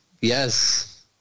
Yes